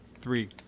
three